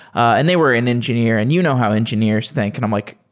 and they were an engineer and you know how engineers think. and i'm like,